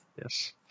yes